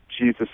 Jesus